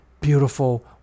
beautiful